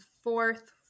fourth